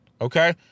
Okay